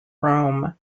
rome